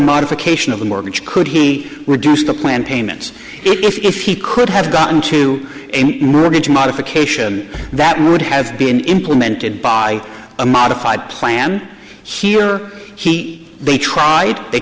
modification of a mortgage could he reduce the plan payments if he could have gotten to a mortgage modification that would have been implemented by a modified plan here he they tried they